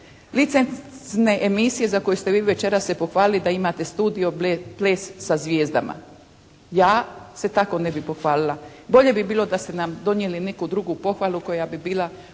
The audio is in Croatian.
licencne emisije za koje ste vi večeras se pohvalili da imate studio «Ples sa zvijezdama». Ja se tako ne bih pohvalila. Bolje bi bilo da ste nam donijeli neku drugu pohvalu koja bi bila